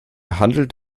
handelt